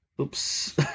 Oops